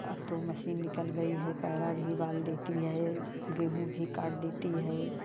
अब तो मसीन निकल गई है पैर भी बांध देती है और गेहूँ भी काट देती है